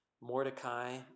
Mordecai